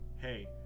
hey